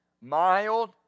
Mild